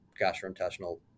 gastrointestinal